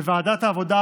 בוועדת העבודה,